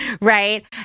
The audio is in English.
right